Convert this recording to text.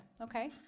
okay